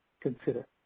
consider